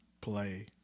play